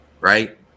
right